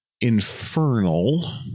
infernal